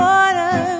Water